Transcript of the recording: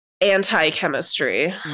anti-chemistry